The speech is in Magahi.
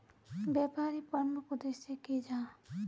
व्यापारी प्रमुख उद्देश्य की जाहा?